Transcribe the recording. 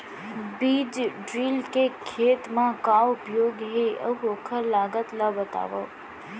बीज ड्रिल के खेत मा का उपयोग हे, अऊ ओखर लागत ला बतावव?